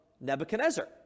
Nebuchadnezzar